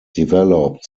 developed